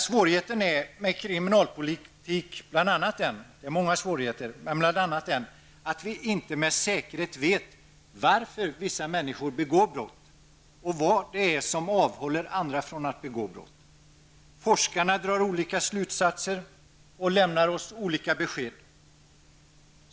Svårigheten med kriminalpolitik är bl.a. att vi inte med säkerhet vet varför vissa människor begår brott och vad som avhåller andra från att begå brott. Forskarna drar olika slutsatser och lämnar oss olika besked.